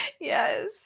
yes